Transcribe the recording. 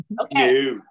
okay